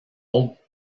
autres